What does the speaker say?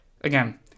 again